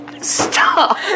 Stop